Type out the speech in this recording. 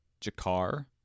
Jakar